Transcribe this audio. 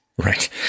Right